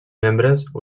membres